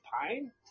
pine